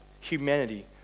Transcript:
humanity